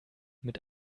mit